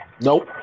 Nope